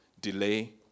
delay